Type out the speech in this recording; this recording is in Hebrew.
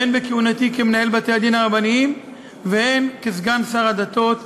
והן בכהונתי כמנהל בתי-הדין הרבניים והן כסגן שר הדתות,